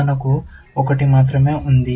మన కు ఒకటి మాత్రమే ఉంది